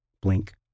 Blink